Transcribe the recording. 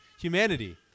humanity